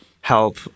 help